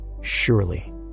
surely